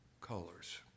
colors